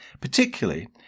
particularly